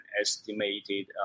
estimated